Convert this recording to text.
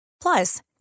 Plus